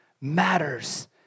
matters